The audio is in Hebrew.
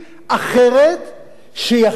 שיכלה, אם היו חושבים קצת יותר לעומק,